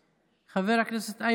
חבר הכנסת משה אבוטבול,